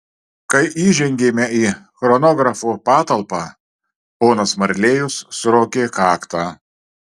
kai įžengėme į chronografo patalpą ponas marlėjus suraukė kaktą